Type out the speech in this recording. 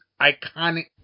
iconic